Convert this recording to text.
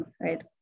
right